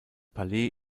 palais